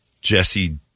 Jesse